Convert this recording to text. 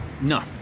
No